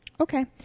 Okay